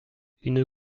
une